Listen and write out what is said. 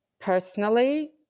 personally